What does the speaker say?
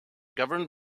governed